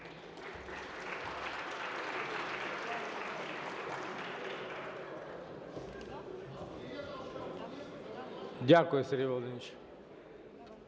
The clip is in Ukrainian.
Дякую, Сергій Володимирович.